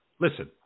listen